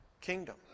kingdom